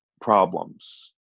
problems